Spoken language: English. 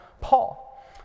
Paul